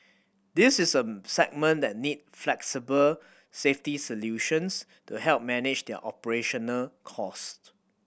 this is a segment that need flexible safety solutions to help manage their operational costs